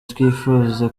twifuza